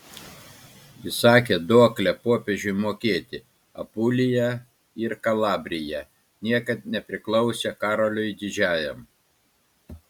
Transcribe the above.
įsakė duoklę popiežiui mokėti apulija ir kalabrija niekad nepriklausė karoliui didžiajam